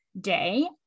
day